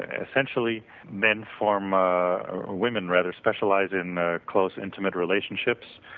essentially men form ah women rather specialize in ah close intimate relationships,